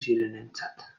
zirenentzat